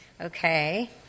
Okay